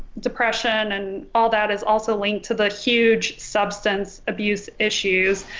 depression and all that is also linked to the huge substance abuse issues,